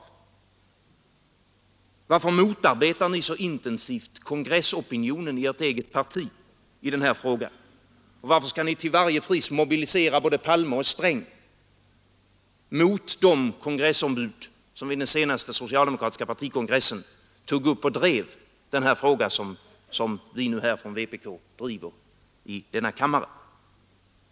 Varför motarbetar ni så intensivt kongressopinionen i ert eget parti i den här frågan? Och varför skall ni till varje pris mobilisera både Palme och Sträng mot de kongressombud som vid den senaste socialdemokratiska partikongressen tog upp och drev den här frågan som vi nu från vpk driver i denna kammare?